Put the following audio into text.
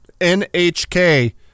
NHK